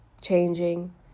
changing